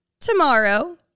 tomorrow